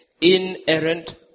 inerrant